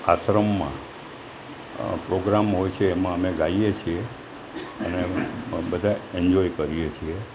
આશ્રમમાં પ્રોગ્રામ હોય છે એમાં અમે ગાઈએ છીએ અને બધાએ એનજોય કરીએ છીએ